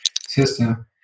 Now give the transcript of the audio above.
system